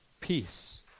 Peace